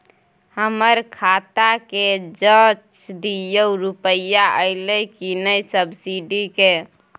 हमर खाता के ज जॉंच दियो रुपिया अइलै की नय सब्सिडी के?